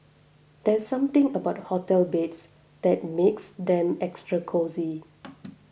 there's something about hotel beds that makes them extra cosy